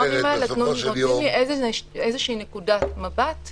אנחנו מבקשים, אדוני, להישאר עם המבחנים להכרזה,